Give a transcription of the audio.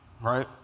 right